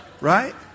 Right